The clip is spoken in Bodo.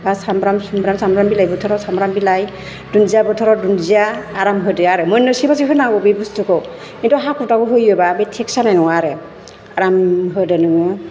बा सामब्राम सुमब्राम सामब्राम बिलाइ बोथोराव सामब्राम बिलाइ दुनदिया बोथोराव दुनदिया आराम होदो आरो मोनसैबासो होनांगौ बे बुस्थुखौ खिन्थु हाखु दाखु होयोबा बे टेस्ट जानाय नङा आरो आराम होदो नोङो